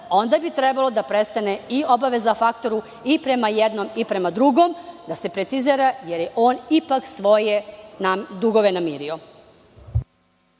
onda bi trebala da prestane obaveza faktoru i prema jednom i prema drugom, da se precizira, jer je on ipak svoje dugove namirio.